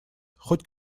хоть